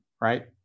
right